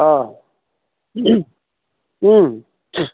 অঁ